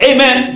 Amen